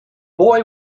boy